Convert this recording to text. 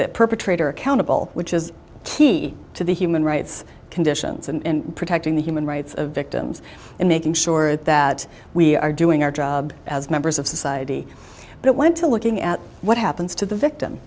the perpetrator accountable which is key to the human rights conditions and protecting the human rights of victims and making sure that we are doing our job as members of society but went to looking at what happens to the victim